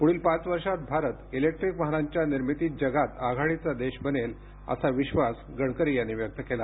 पुढील पाच वर्षात भारत इलेक्ट्रीक वाहनांच्या निर्मितीत जगात आघाडीचा देश बनेल असा विश्वास गडकरी यांनी व्यक्त केला